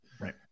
Right